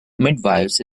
midwifes